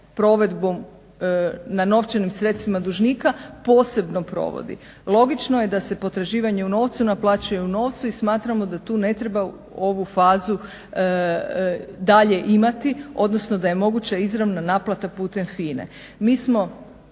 provedbom na novčanim sredstvima dužnika posebno provodi. Logično je da se potraživanje u novcu naplaćuje u novcu i smatramo da tu ne treba ovu fazu dalje imati, odnosno da je moguća izravna naplata putem FINA-e. Mi smo